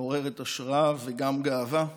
מעוררת השראה וגם גאווה.